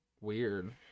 weird